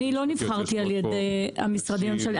אני לא נבחרתי על ידי המשרדים הממשלתיים